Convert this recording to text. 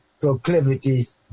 proclivities